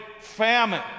famine